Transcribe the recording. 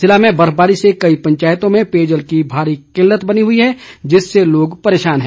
जिले में बर्फबारी से कई पंचायतों में पेयजल की भारी किल्लत बनी हुई है जिससे लोग परेशान है